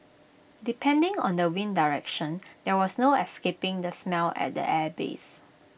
depending on the wind direction there was no escaping the smell at the airbase